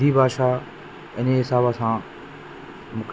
इन वरसीअ में ॿ ॾींहं ॾाढी भीड़ हूंदी आहे